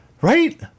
Right